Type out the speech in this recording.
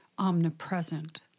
omnipresent